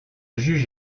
juge